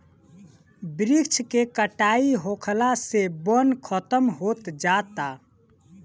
वृक्ष के कटाई होखला से वन खतम होत जाता